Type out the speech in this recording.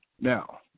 Now